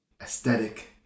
aesthetic